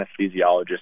anesthesiologist